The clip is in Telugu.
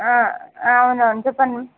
అవునా చెప్పండి